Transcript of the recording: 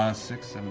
um six, and